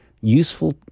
useful